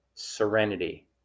serenity